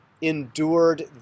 endured